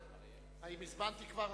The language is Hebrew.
האם הזמנתי כבר,